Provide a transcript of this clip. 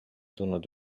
tulnud